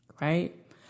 right